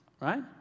right